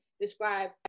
describe